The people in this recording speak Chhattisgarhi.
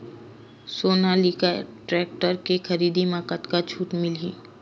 सोनालिका टेक्टर के खरीदी मा कतका छूट मीलही?